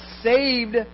saved